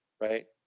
right